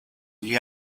gli